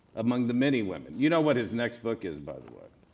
among the many women. you know what his next book is by the way.